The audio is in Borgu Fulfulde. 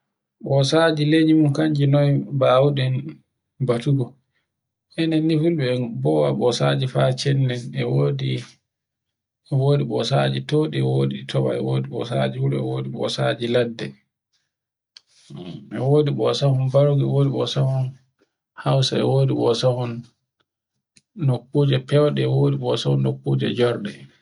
ɓosaje lenyu kanji noye mbawuɗen batugo. Enen ni fulɓe en bowa ɓosaji fa cennen e wodi, e wodi ɓosaje towɗi e wodi ɗi towa, e wodi bosaji wuro e wodi ɓosaji ladde. E wodi ɓosahun bargu e wodi ɓosahun hausa, e wodi ɓosahun nokkuje fewɗe e wodi nokkuje jorɗe